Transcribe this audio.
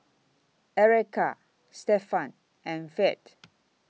Erika Stefan and Ferd